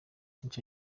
ico